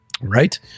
right